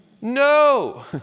No